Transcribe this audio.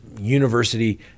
university